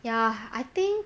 ya I think